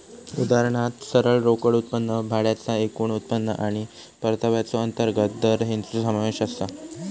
उदाहरणात सरळ रोकड उत्पन्न, भाड्याचा एकूण उत्पन्न आणि परताव्याचो अंतर्गत दर हेंचो समावेश आसा